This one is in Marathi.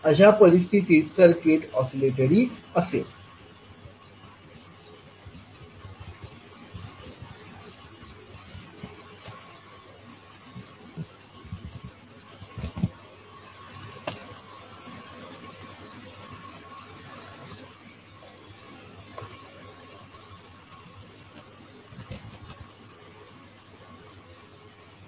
अशा परिस्थितीत सर्किट ऑसिलेटरी असेल